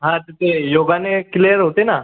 हा तर ते योगाने क्लिअर होते ना